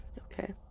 Okay